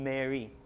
Mary